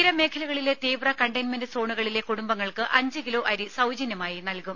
തീര മേഖലകളിലെ തീവ്ര കണ്ടെയിൻമെന്റ് സോണുകളിലെ കുടുംബങ്ങൾക്ക് അഞ്ച് കിലോ അരി സൌജന്യമായി നൽകും